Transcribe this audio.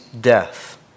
death